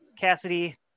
Cassidy